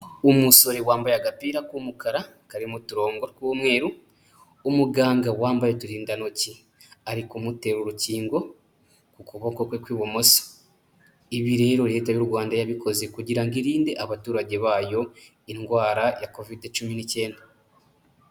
Umusore wambaye agapira k'umukara karimo uturongo tw'umweru, umuganga wambaye uturindantoki ari kumutera urukingo ku kuboko kwe kw'ibumoso, ibi rero Leta y'u Rwanda yabikoze kugira ngo irinde abaturage bayo indwara ya Kovid cumi n'icyenda.